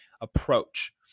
approach